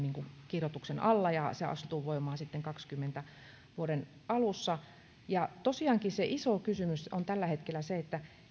kirjoituksen alla ja se astuu voimaan sitten vuoden kaksikymmentä alussa tosiaankin se iso kysymys on tällä hetkellä se